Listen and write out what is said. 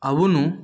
అవును